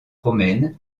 romaine